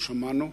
לא שמענו.